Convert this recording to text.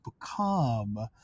become